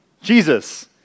Jesus